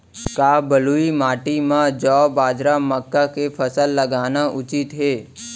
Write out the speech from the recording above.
का बलुई माटी म जौ, बाजरा, मक्का के फसल लगाना उचित हे?